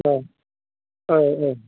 औ